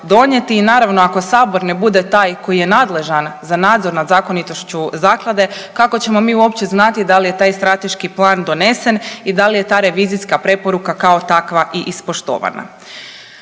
donijeti i naravno ako sabor ne bude taj koji je nadležan za nadzor nad zakonitošću zaklade, kako ćemo mi uopće znati da li je taj strateški plan donesen i da li je ta revizijska preporuka kao takva i ispoštovana.